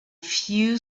few